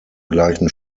gleichen